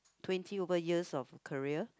twenty over years of career